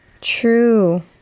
true